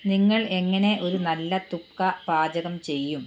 നിങ്ങൾ എങ്ങനെ ഒരു നല്ല തുക്പ പാചകം ചെയ്യും